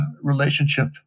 relationship